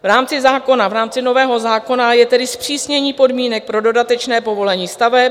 V rámci zákona, v rámci nového zákona, je tedy zpřísnění podmínek pro dodatečné povolení staveb.